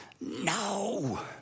no